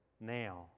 now